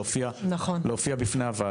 לא יצא להופיע בפני הוועדה.